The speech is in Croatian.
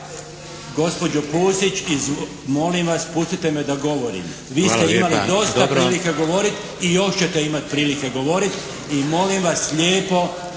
Gospođo Pusić molim vas pustite me da govorim. Vi ste imali dosta prilike govoriti i još ćete imati prilike govoriti i molim vas lijepo,